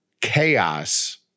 chaos